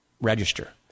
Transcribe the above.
register